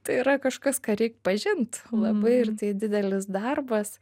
tai yra kažkas ką reik pažint labai ir tai didelis darbas